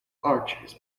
archers